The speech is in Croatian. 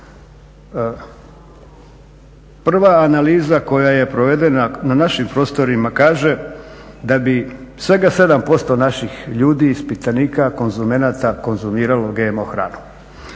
Prva analiza koja je provedena na našim prostorima kaže da bi svega 7% naših ljudi ispitanika, konzumenata, konzumiralo GMO hranu,